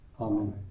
Amen